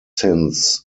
since